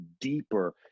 deeper